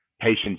patients